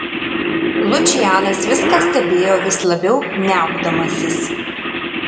lučianas viską stebėjo vis labiau niaukdamasis